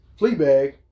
Fleabag